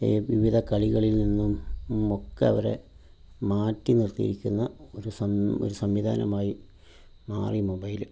വിവിധ കളികളിൽ നിന്നും ഒക്കെ അവരെ മാറ്റി നിർത്തിയിരിക്കുന്ന ഒരു സം സംവിധാനമായി മാറി മൊബൈല്